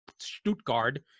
Stuttgart